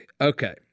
Okay